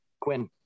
Quinn